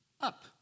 up